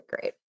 great